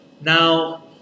Now